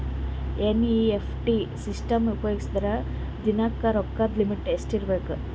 NEFT system ಉಪಯೋಗಿಸಿದರ ದಿನದ ರೊಕ್ಕದ ಲಿಮಿಟ್ ಎಷ್ಟ ಇರಬೇಕು?